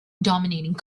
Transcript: dominating